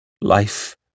Life